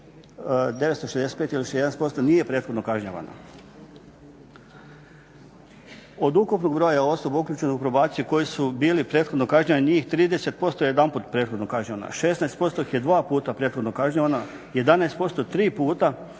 965 ili 60% nije prethodno kažnjavano. Od ukupnog broja osoba uključenih u probacije koji su bili prethodno kažnjavani, njih 30% je jedanput prethodno kažnjavano, 16% ih je dva puta prethodno kažnjavano, 11% tri puta,